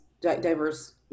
diverse